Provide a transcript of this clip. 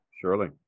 Surely